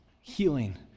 healing